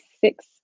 six